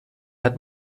hat